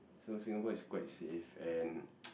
so Singapore is quite safe and